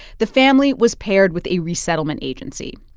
the family was paired with a resettlement agency.